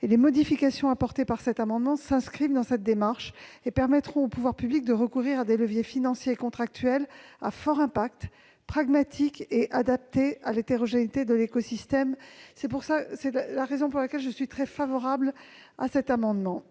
Les modifications apportées par cet amendement s'inscrivent dans cette démarche et permettront aux pouvoirs publics de recourir à des leviers financiers et contractuels à fort impact, pragmatiques et adaptés à l'hétérogénéité de l'écosystème. C'est la raison pour laquelle je suis très favorable à l'amendement